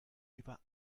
über